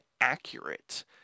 accurate